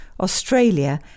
Australia